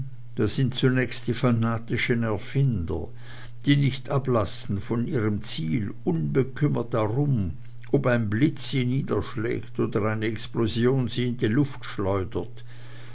da sind zunächst die fanatischen erfinder die nicht ablassen von ihrem ziel unbekümmert darum ob ein blitz sie niederschlägt oder eine explosion sie in die luft schleudert